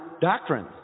doctrine